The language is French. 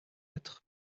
être